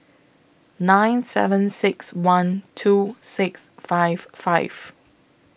nine seven six one two six five five